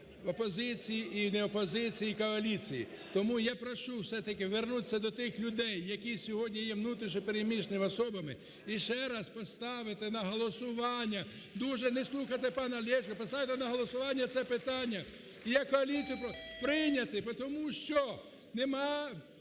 і опозиції, і не опозиції, і коаліції. Тому я прошу все-таки вернуться до тих людей, які сьогодні є внутрішньо переміщеними особами, і ще раз поставити на голосування… Дуже, не слухайте пана Левченка, поставити на голосування це питання, і я коаліцію прошу… Прийняти, тому що немає